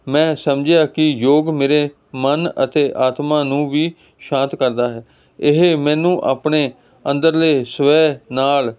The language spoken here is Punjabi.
ਮੈਂ ਸਮਝਿਆ ਕਿ ਯੋਗ ਮੇਰੇ ਮਨ ਅਤੇ ਆਤਮਾ ਨੂੰ ਵੀ ਸ਼ਾਂਤ ਕਰਦਾ ਹੈ ਇਹ ਮੈਨੂੰ ਆਪਣੇ ਅੰਦਰਲੇ ਸਵੈ ਨਾਲ